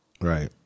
Right